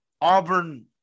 Auburn